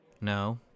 No